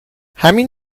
همین